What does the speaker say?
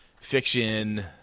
fiction